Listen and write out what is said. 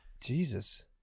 jesus